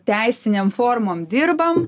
teisinėm formom dirbam